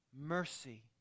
mercy